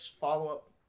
follow-up